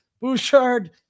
Bouchard